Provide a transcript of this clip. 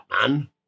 man